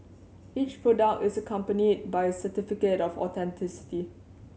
each product is accompanied by a certificate of authenticity